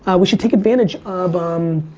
we should take advantage of um